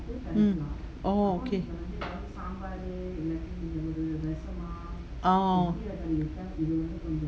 mm oh okay orh